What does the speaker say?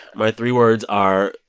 my three words are,